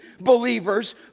believers